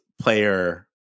player